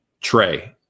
Trey